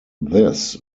this